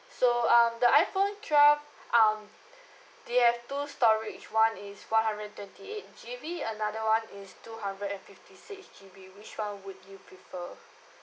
so um the iphone twelve um they have two storage one is one hundred and twenty eight G_B another one is two hundred and fifty six G_B which one would you prefer